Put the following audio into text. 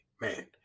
Man